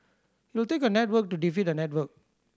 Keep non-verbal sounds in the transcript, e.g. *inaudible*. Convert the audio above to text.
*unintelligible* take a network to defeat a network